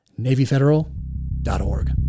NavyFederal.org